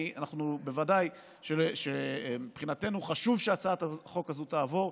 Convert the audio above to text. בוודאי שמבחינתנו חשוב שהצעת החוק הזו תעבור,